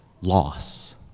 loss